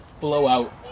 blowout